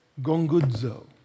Gongudzo